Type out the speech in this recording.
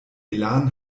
elan